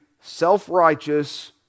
self-righteous